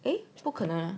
诶不可能